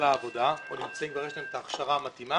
העבודה או כבר יש להם את ההכשרה המתאימה